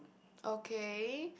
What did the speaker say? okay